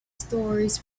stories